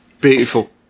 beautiful